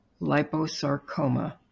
liposarcoma